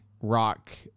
rock